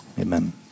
Amen